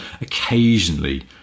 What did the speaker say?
occasionally